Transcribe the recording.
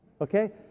Okay